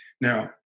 Now